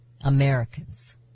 Americans